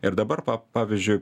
ir dabar pa pavyzdžiui